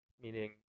meaning